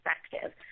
perspective